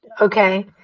okay